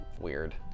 weird